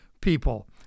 people